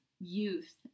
youth